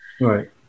Right